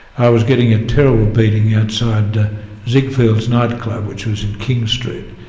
i was getting a terrible beating outside siegfried's nightclub, which was in king street,